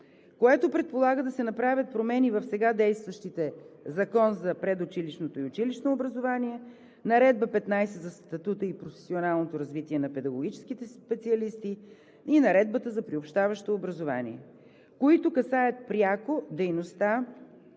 което предполага да се направят промени в сега действащите Закон за предучилищното и училищното образование, Наредба № 15 за статута и професионалното развитие на педагогическите специалисти и Наредбата за приобщаващо образование, които касаят пряко дейността